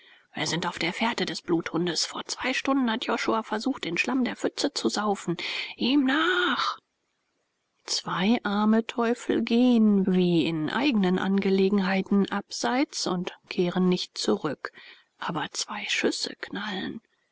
wir sind auf der fährte des bluthundes vor zwei stunden hat josua versucht den schlamm der pütz zu saufen ihm nach zwei arme teufel gehen wie in eignen angelegenheiten abseits und kehren nicht zurück aber zwei schüsse knallen